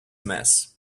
mess